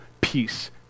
peace